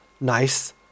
nice